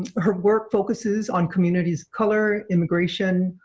her work focuses on communities color immigration,